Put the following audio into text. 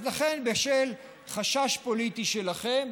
אז לכן, בשל חשש פוליטי שלכם,